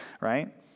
right